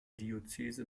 diözese